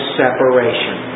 separation